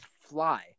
fly